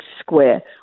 square